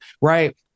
right